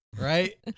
Right